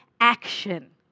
action